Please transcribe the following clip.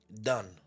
done